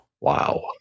Wow